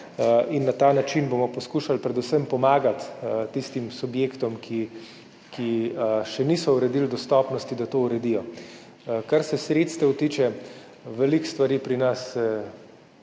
Na ta način bomo poskušali predvsem pomagati tistim subjektom, ki še niso uredili dostopnosti, da to uredijo. Kar se sredstev tiče, veliko stvari se pri nas